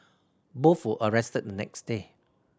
both were arrested the next day